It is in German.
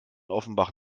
offenbach